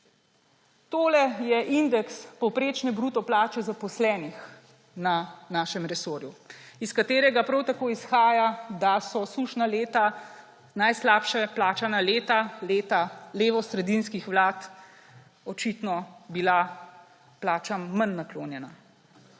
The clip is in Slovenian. Tole je indeks povprečne bruto plače zaposlenih na našem resorju, iz katerega prav tako izhaja, da so sušna leta, najslabše plačana leta, leta levosredinskih vlad očitno bila plačam manj naklonjena.